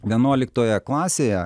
vienuoliktoje klasėje